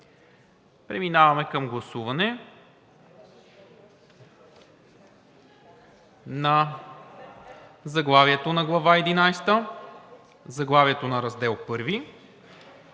Преминаваме към гласуване на заглавието на Глава 11, заглавието на Раздел I,